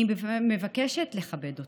אני מבקשת לכבד אותו.